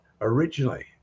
originally